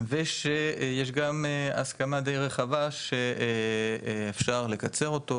ושיש גם הסכמה די רחבה שאפשר לקצר אותו,